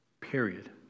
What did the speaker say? Period